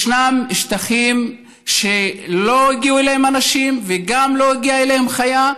ישנם שטחים שלא הגיעו אליהם אנשים וגם לא הגיעה אליהם חיה,